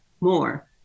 more